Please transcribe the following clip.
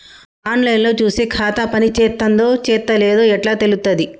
On line లో చూసి ఖాతా పనిచేత్తందో చేత్తలేదో ఎట్లా తెలుత్తది?